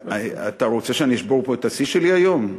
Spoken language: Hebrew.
אתה רוצה שאני אשבור פה את השיא שלי היום?